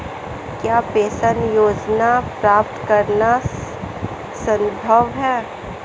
क्या पेंशन योजना प्राप्त करना संभव है?